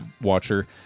watcher